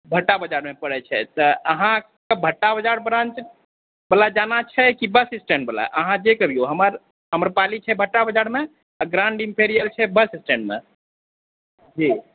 भट्टा बजारमे पड़ै छै तऽ अहाँके भट्टा बजार ब्राञ्च वला जाना छै कि बस स्टैण्ड वला अहाँ जे करियौ हमर आम्रपाली छै भट्टा बजारमे आ ग्राण्ड एमपेरियल छै बस स्टैण्ड मे जी